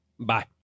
Bye